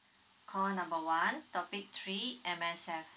call number one topic three M_S_F